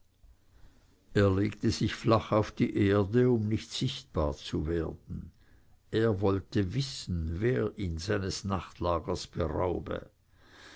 er legte sich flach auf die erde um nicht sichtbar zu werden er wollte wissen wer ihn seines nachtlagers beraube